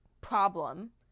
problem